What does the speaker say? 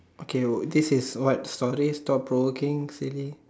okay this is what stories stop provoking silly